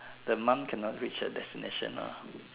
the monk cannot reach her destination mah